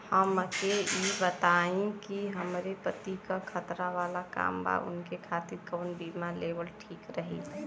हमके ई बताईं कि हमरे पति क खतरा वाला काम बा ऊनके खातिर कवन बीमा लेवल ठीक रही?